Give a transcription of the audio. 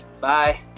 Bye